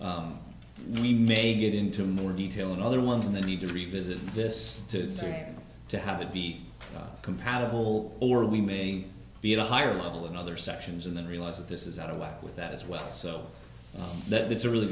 we may get into more detail in other ones and they need to revisit this to three to have it be compatible or we may be at a higher level than other sections and then realize that this is out of whack with that as well so that's a really